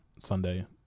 Sunday